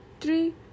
Three